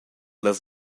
las